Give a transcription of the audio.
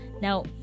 now